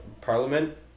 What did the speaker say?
parliament